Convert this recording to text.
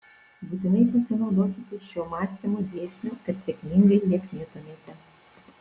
būtinai pasinaudokite šiuo mąstymo dėsniu kad sėkmingai lieknėtumėte